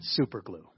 superglue